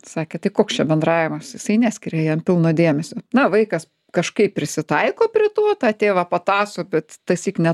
sakė tai koks čia bendravimas jisai neskiria jam pilno dėmesio na vaikas kažkaip prisitaiko prie to tą tėvą patąso bet tąsyk ne